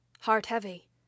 heart-heavy